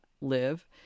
live